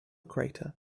crater